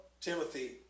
Timothy